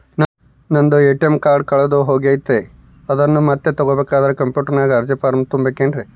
ನಂದು ATM card ಕಳೆದು ಹೋಗೈತ್ರಿ ಅದನ್ನು ಮತ್ತೆ ತಗೋಬೇಕಾದರೆ ಕಂಪ್ಯೂಟರ್ ನಾಗ ಅರ್ಜಿ ಫಾರಂ ತುಂಬಬೇಕನ್ರಿ?